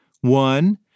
One